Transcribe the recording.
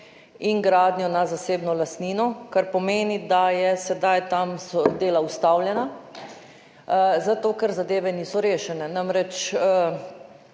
in gradnje na zasebni lastnini, kar pomeni, da so sedaj tam dela ustavljena, zato ker zadeve niso rešene.